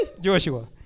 Joshua